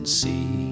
see